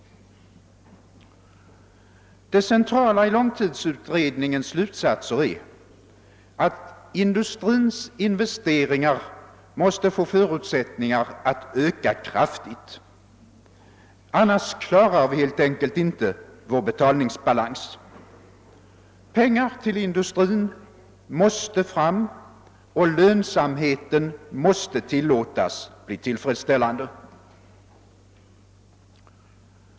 Det centrala i långtidsutredningens slutsatser är, att industrins investeringar måste få förutsättningar att öka kraftigt. Annars klarar vi helt enkelt inte vår betalningsbalans. Det måste fram pengar till industrin, och dennas lönsamhet måste tillåtas bli tillfredsställande.